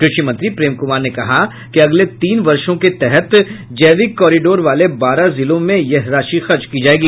कृषि मंत्री प्रेम कुमार ने कहा कि अगले तीन वर्षो के तहत जैविक कोरिडोर वाले बारह जिलों में यह राशि खर्च की जायेगी